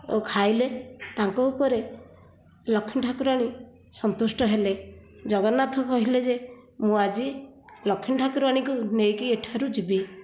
ଆଉ ଖାଇଲେ ତାଙ୍କ ଉପରେ ଲକ୍ଷ୍ମୀ ଠାକୁରାଣୀ ସନ୍ତୁଷ୍ଟ ହେଲେ ଜଗନ୍ନାଥ କହିଲେ ଯେ ମୁଁ ଆଜି ଲକ୍ଷ୍ମୀ ଠାକୁରାଣୀଙ୍କୁ ନେଇକି ଏଠାରୁ ଯିବି